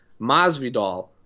Masvidal